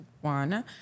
one